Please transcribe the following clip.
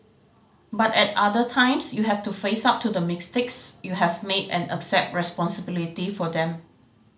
but at other times you have to face up to the mistakes you have made and accept responsibility for them